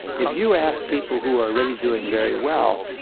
if you ask people who are really doing very well,